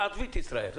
עזבי את ישראייר.